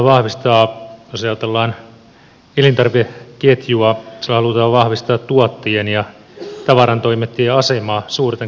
sillä halutaan vahvistaa jos ajatellaan elintarvikeketjua tuottajien ja tavarantoimittajien asemaa suurten kauppaketjujen puristuksessa